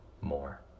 more